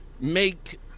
make